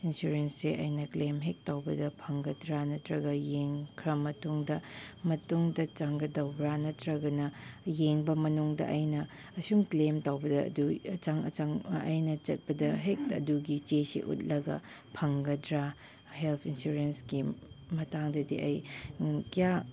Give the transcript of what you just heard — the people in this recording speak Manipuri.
ꯏꯟꯁꯨꯔꯦꯟꯁꯁꯦ ꯑꯩꯅ ꯀ꯭ꯂꯦꯝ ꯍꯦꯛ ꯇꯧꯕꯗ ꯐꯪꯒꯗ꯭ꯔꯥ ꯅꯠꯇ꯭ꯔꯒ ꯈꯔ ꯃꯇꯨꯡꯗ ꯃꯇꯨꯡꯗ ꯆꯪꯒꯗꯧꯕ꯭ꯔꯥ ꯅꯠꯇ꯭ꯔꯒꯅ ꯌꯦꯡꯕ ꯃꯅꯨꯡꯗ ꯑꯩꯅ ꯑꯁꯨꯝ ꯀ꯭ꯂꯦꯝ ꯇꯧꯕꯗ ꯑꯗꯨ ꯑꯆꯪ ꯑꯆꯪ ꯑꯩꯅ ꯆꯠꯄꯗ ꯍꯦꯛꯇ ꯑꯗꯨꯒꯤ ꯆꯦꯁꯤ ꯎꯠꯂꯒ ꯐꯪꯒꯗ꯭ꯔꯥ ꯍꯦꯜꯠ ꯏꯟꯁꯨꯔꯦꯟꯁ ꯏꯁꯀꯤꯝ ꯃꯇꯥꯡꯗꯗꯤ ꯑꯩ ꯀꯌꯥ